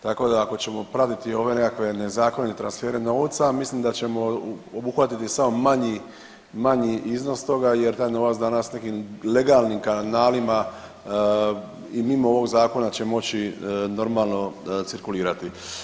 Tako da ako ćemo praviti ove nekakve nezakonite transfere novca mislim da ćemo obuhvatiti samo manji iznos toga, jer taj novac danas nekim legalnim kanalima i mimo ovog zakona će moći normalno cirkulirati.